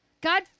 God